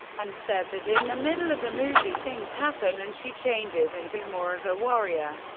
and said that, in the middle of the movie, things happen and she changes into more of a warrior.